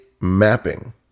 mapping